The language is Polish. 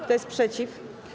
Kto jest przeciw?